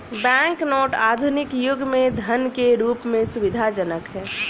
bank note आधुनिक युग में धन के रूप में सुविधाजनक हैं